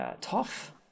Tough